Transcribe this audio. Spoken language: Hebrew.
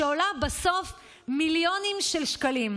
שעולה בסוף מיליונים של שקלים.